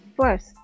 First